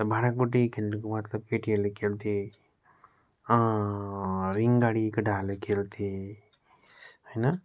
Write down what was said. र भाँडाकुटी खेल्नुको मतलब केटीहरूले खेल्थे रिङगाडी केटाहरूले खेल्थे होइन